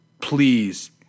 please